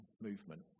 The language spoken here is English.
movement